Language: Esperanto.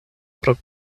pro